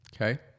Okay